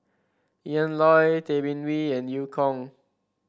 Ian Loy Tay Bin Wee and Eu Kong